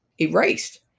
erased